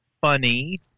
funny